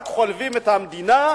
רק חולבים את המדינה.